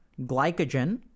glycogen